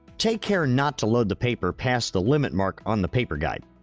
take care not to load the paper past the limit mark on the paper guide